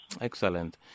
Excellent